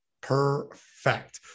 Perfect